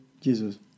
Jesus